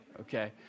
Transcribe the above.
Okay